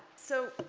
so